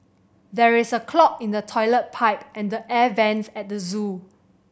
there is a clog in the toilet pipe and the air vent at the zoo